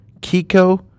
Kiko